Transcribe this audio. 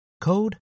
code